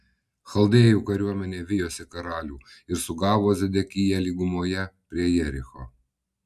chaldėjų kariuomenė vijosi karalių ir sugavo zedekiją lygumoje prie jericho